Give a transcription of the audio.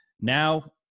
now